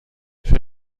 für